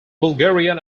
bulgarian